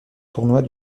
tournois